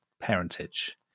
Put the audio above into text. parentage